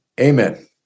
Amen